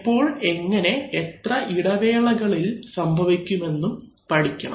എപ്പോൾ എങ്ങനെ എത്ര ഇടവേളകളിൽ സംഭവിക്കുമെന്നും പഠിക്കണം